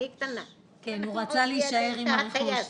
כן, הוא רצה להישאר עם הרכוש.